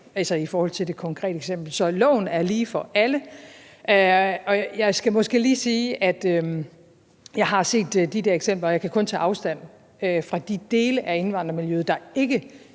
altså i forhold til det konkrete eksempel. Så loven er lige for alle. Jeg skal måske lige sige, at jeg har set de der eksempler, og jeg kan kun tage afstand fra de dele af indvandrermiljøet, der ikke